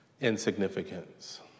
insignificance